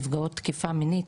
נפגעות תקיפה מינית,